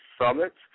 summits